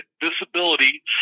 disability